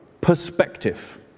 Perspective